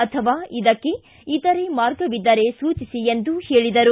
ಅಥವಾ ಇದಕ್ಕೆ ಇತರೆ ಮಾರ್ಗವಿದ್ದರೆ ಸೂಚಿಸಿ ಎಂದು ಹೇಳಿದರು